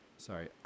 Sorry